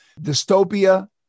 dystopia